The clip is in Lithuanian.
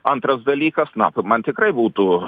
antras dalykas na man tikrai būtų